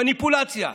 מניפולציה.